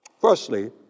firstly